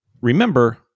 remember